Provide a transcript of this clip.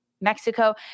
Mexico